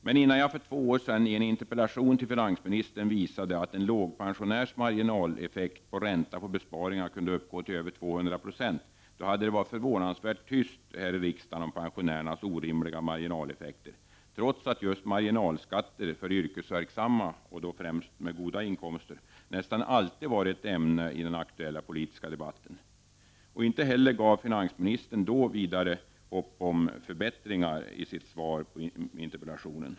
Men innan jag för två år sedan i en interpellation till finansministern visade att en lågpensionärs marginaleffekt på ränta på besparingar kunde uppgå till över 200 96 hade det varit förvånansvärt tyst här i riksdagen om pensionärernas orimliga marginaleffekter, trots att just marginalskatter för yrkesverksamma — främst dem med goda inkomster — nästan alltid varit ett ämne i den aktuella politiska debatten. Inte heller gav mig finansministern då vidare stort hopp om förbättringar i sitt svar på min interpellation.